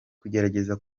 kugerageza